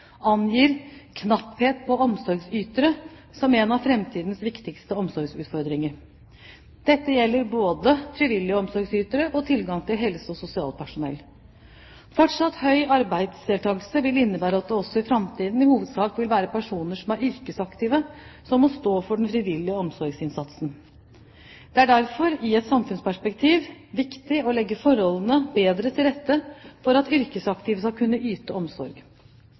angir knapphet på omsorgsytere som en av framtidens viktigste omsorgsutfordringer. Dette gjelder både frivillige omsorgsytere og tilgang til helse- og sosialpersonell. Fortsatt høy arbeidsdeltakelse vil innebære at det også i framtiden i hovedsak vil være personer som er yrkesaktive, som må stå for den frivillige omsorgsinnsatsen. Det er derfor i et samfunnsperspektiv viktig å legge forholdene bedre til rette for at yrkesaktive skal kunne yte omsorg.